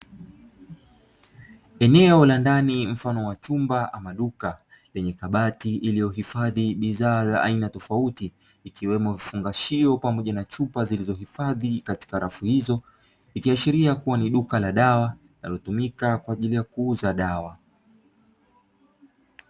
Eneo la ndani mfano wa chumba ama duka lenye kabati iliyohifadhi bidhaa za aina tofauti, ikiwemo vifungashio pamoja na chupa zilizohifadhi katika rafu hizo ikiashiria kuwa ni duka la dawa linalotumika kwa ajili ya kuuza dawa.